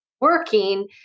working